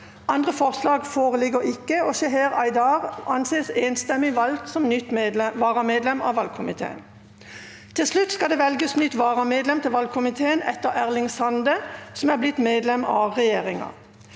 Andre forslag foreligger ikke, og Seher Aydar anses enstemmig valgt som nytt varamedlem av valgkomiteen. Til slutt skal det velges nytt varamedlem til valgkomiteen etter Erling Sande, som er blitt medlem av regjeringa.